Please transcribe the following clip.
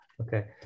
okay